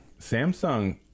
Samsung